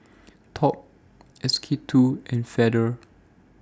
Top S K two and Feather